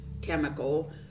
chemical